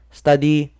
study